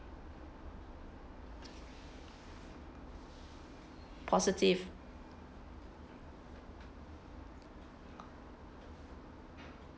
positive